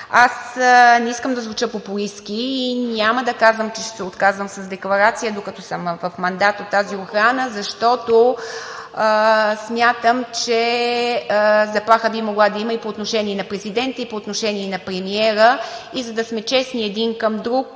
Аз не искам да звуча популистки и няма да казвам, че ще се отказвам с декларация, докато съм в мандат от тази охрана, защото смятам, че заплаха би могла да има и по отношение на президента, и по отношение на премиера, и за да сме честни един към друг,